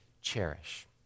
cherish